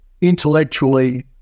intellectually